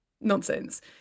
nonsense